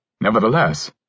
Nevertheless